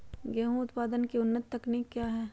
गेंहू उत्पादन की उन्नत तकनीक क्या है?